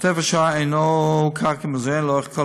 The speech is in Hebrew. "מרתף השואה" אינו מוכר כמוזיאון לאורך כל